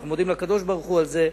אנחנו מודים לקדוש-ברוך-הוא על זה,